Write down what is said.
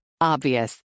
Obvious